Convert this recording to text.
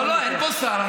אבל תכבד אותנו.